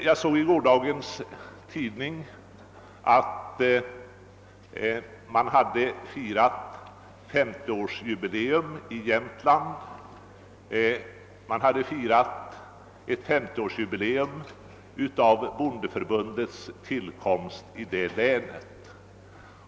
Jag såg i gårdagens tidning att man i Jämtland hade firat femtioårsjubileet av bondeförbundets tillkomst i länet.